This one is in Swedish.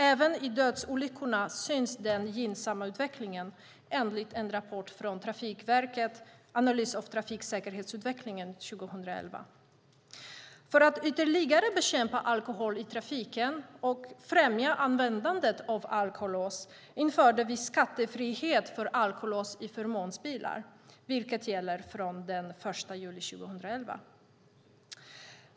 Även i statistiken över dödsolyckor syns den gynnsamma utvecklingen, enligt en rapport från Trafikverket, Analys av trafiksäkerhetsutvecklingen 2011 . För att ytterligare bekämpa alkohol i trafiken och främja användandet av alkolås införde vi skattefrihet för alkolås i förmånsbilar, vilket gäller från och med den 1 juli 2011.